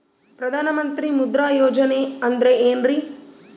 ಪ್ರಧಾನ ಮಂತ್ರಿ ಮುದ್ರಾ ಯೋಜನೆ ಅಂದ್ರೆ ಏನ್ರಿ?